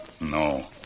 No